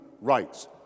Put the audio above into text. rights